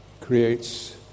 creates